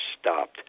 stopped